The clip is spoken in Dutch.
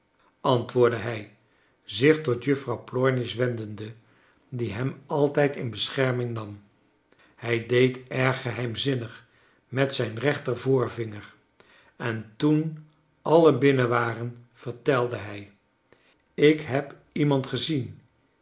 antwoordde hij zich tot juffrouw plornish wendende die hem altijd in bescherming nam hij deed erg geheimzinnig met zij n rechter voorvinger en toen alien binnen waren vertelde hij ik heb iemand gezien